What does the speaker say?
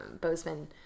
bozeman